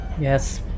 Yes